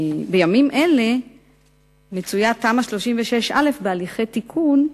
בימים אלה מצויה תמ"א 36א בהליכי תיקון,